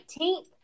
19th